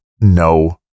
no